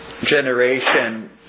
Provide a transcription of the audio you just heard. Generation